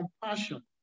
compassion